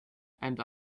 and